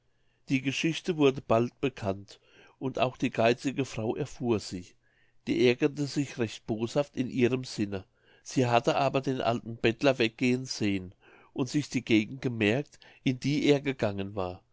die geschichte wurde bald bekannt und auch die geizige frau erfuhr sie die ärgerte sich recht boshaft in ihrem sinne sie hatte aber den alten bettler weggehen sehen und sich die gegend gemerkt in die er gegangen war